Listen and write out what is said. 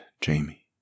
Jamie